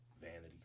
Vanity